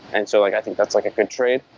and so like i think that's like a good trade,